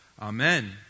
Amen